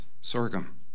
sorghum